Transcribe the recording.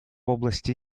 области